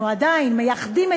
אנחנו עדיין מייחדים,